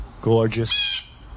gorgeous